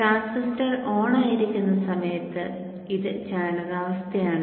transistor ഓണായിരിക്കുന്ന സമയത്ത് ഇത് ചാലകാവസ്ഥയാണ്